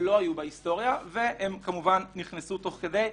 שלא היו בהיסטוריה והם נכנסו תוך כדי.